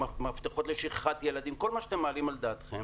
מפתחות לשכחת ילדים וכל מה שאתם מעלים על דעתכם